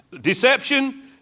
Deception